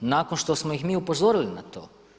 Nakon što smo ih mi upozorili na to?